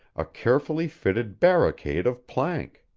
a carefully fitted barricade of plank.